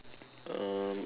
um